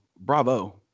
bravo